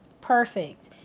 Perfect